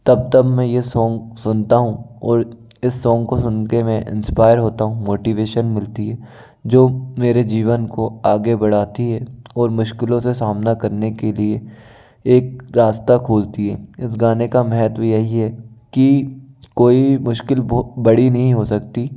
तब तब मैं यह सॉन्ग सुनता हूँ और इस सॉन्ग को सुन कर मैं इंस्पायर होता हूँ मोटिवेशन मिलती है जो मेरे जीवन को आगे बढ़ाती है और मुश्किलों से सामना करने के लिए एक रास्ता खोलती हैं इस गाने का महत्व यही है कि कोई मुश्किल बहुत बड़ी नहीं हो सकती